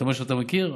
אתה אומר שאתה מכיר,